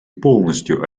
полностью